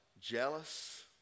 jealous